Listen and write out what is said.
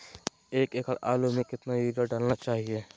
एक एकड़ आलु में कितना युरिया डालना चाहिए?